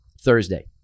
Thursday